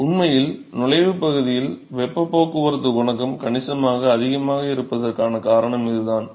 உண்மையில் நுழைவுப் பகுதியில் வெப்பப் போக்குவரத்துக் குணகம் கணிசமாக அதிகமாக இருப்பதற்கான காரணம் இதுதான்